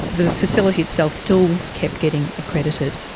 the facility itself still kept getting accredited.